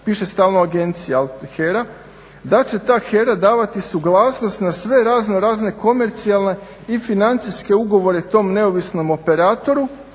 piše stalno agencija HERA. Da će ta HERA davati suglasnost na sve raznorazne komercijalne i financijske ugovore tom neovisnom operatoru